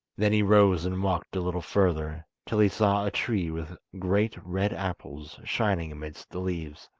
then he rose and walked a little further, till he saw a tree with great red apples shining amidst the leaves,